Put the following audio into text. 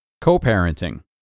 Co-Parenting